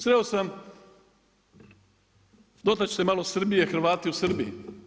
Sreo sam, dotaći ću se malo Srbije, Hrvate u Srbiji.